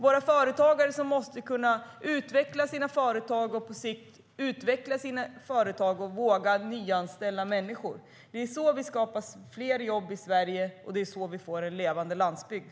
Våra företagare måste kunna utveckla sina företag och våga nyanställa människor. Det är så vi skapar fler jobb i Sverige, och det är så vi får en levande landsbygd.